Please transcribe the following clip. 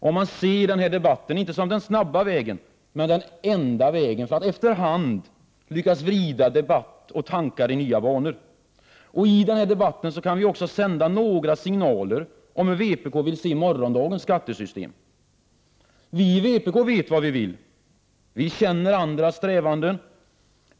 Vi skall se debatten inte som den snabba vägen utan som de; enda vägen för att efter hand lyckas vrida debatt och tankar i nya banor. I debatten kan vi också sända några signaler om hur vpk vill sej morgondagens skattesystem. Vi i vpk vet vad vi vill, och vi känner andras strävanden.